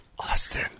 Austin